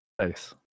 Nice